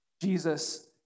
Jesus